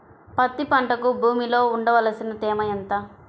పత్తి పంటకు భూమిలో ఉండవలసిన తేమ ఎంత?